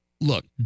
look